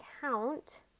count